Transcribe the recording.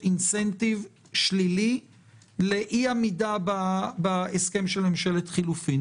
תמריץ שלילי לאי עמידה בהסכם של ממשלת חילופים.